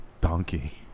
donkey